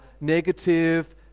negative